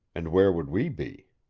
and where would we be?